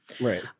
Right